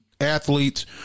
athletes